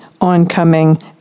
oncoming